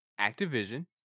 Activision